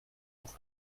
auch